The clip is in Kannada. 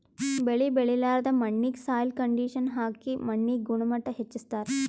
ಬೆಳಿ ಬೆಳಿಲಾರ್ದ್ ಮಣ್ಣಿಗ್ ಸಾಯ್ಲ್ ಕಂಡಿಷನರ್ ಹಾಕಿ ಮಣ್ಣಿನ್ ಗುಣಮಟ್ಟ್ ಹೆಚಸ್ಸ್ತಾರ್